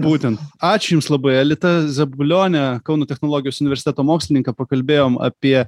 būtent ačiū jums labai aelita zabulione kauno technologijos universiteto mokslininke pakalbėjom apie